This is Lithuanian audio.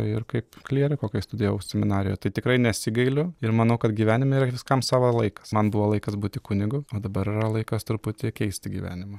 ir kaip klieriko kai studijavau seminarijoje tai tikrai nesigailiu ir manau kad gyvenime yra viskam sava laikas man buvo laikas būti kunigu o dabar yra laikas truputį keisti gyvenimą